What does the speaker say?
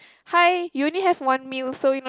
hi you only have one meal so you